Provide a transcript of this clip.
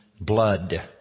blood